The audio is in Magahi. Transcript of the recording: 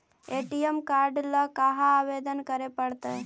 ए.टी.एम काड ल कहा आवेदन करे पड़तै?